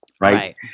Right